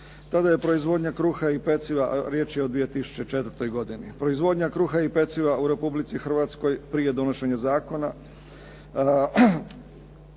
Tada je proizvodnja kruha i peciva, a riječ je o 2004. godini, proizvodnja kruha i peciva u Republici Hrvatskoj prije donošenja zakona